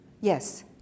Yes